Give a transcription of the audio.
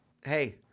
Hey